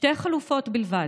שתי חלופות בלבד,